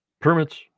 permits